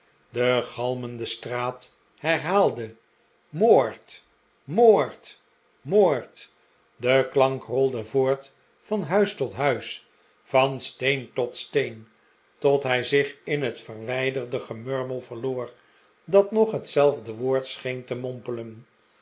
de galmende straat herhaalde moord moord moord de klank rolde voort van huis tot huis van steen tot steen tot hij zich in het verwijderde gemurmel verloor dat nog hetzelfde woord scheen te mompelem